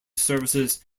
services